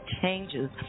changes